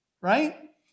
right